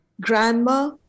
grandma